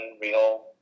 real